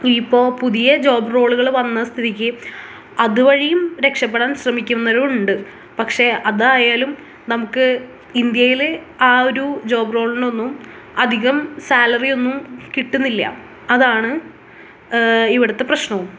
ഇപ്പോൾ പുതിയ ജോബ് റോളുകൾ വന്ന സ്ഥിതിക്ക് അത് വഴിയും രക്ഷപെടാൻ ശ്രമിക്കുന്നവരും ഉണ്ട് പക്ഷേ അതായാലും നമുക്ക് ഇന്ത്യയിൽ ആ ഒരു ജോബ് റോളിനൊന്നും അധികം സാലറിയൊന്നും കിട്ടുന്നില്ല അതാണ് ഇവിടുത്തെ പ്രശ്നവും